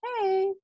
hey